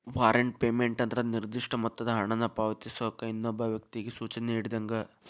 warrant payment ಅಂದ್ರ ನಿರ್ದಿಷ್ಟ ಮೊತ್ತದ ಹಣನ ಪಾವತಿಸೋಕ ಇನ್ನೊಬ್ಬ ವ್ಯಕ್ತಿಗಿ ಸೂಚನೆ ನೇಡಿದಂಗ